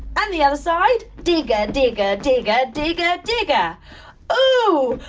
um the other side. digga digga digga digga digga oooo.